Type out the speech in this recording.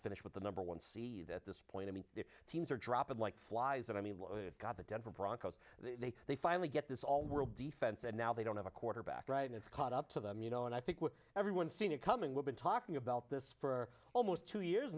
finish with the number one see that at this point i mean the teams are dropping like flies i mean look at the denver broncos they they finally get this all world defense and now they don't have a quarterback right and it's caught up to them you know and i think what everyone's seen it coming we've been talking about this for almost two years